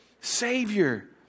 Savior